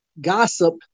gossip